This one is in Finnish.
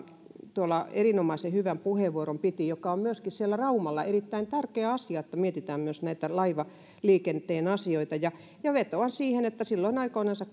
tuolla erinomaisen hyvän puheenvuoron piti se on myöskin siellä raumalla erittäin tärkeä asia että mietitään myös näitä laivaliikenteen asioita vetoan siihen että silloin aikoinansa